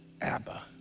Abba